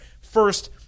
first